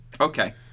Okay